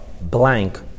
blank